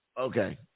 Okay